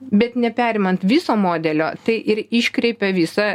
bet neperimant viso modelio tai ir iškreipia visą